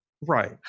Right